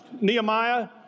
Nehemiah